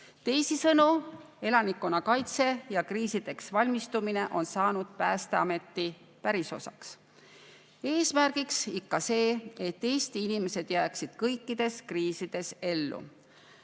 Teisisõnu, elanikkonnakaitse ja kriisideks valmistumine on saanud Päästeameti pärisosaks, eesmärgiks ikka see, et Eesti inimesed jääksid kõikides kriisides